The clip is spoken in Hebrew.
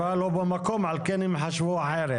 במקום, ולכן הם חושבים אחרת.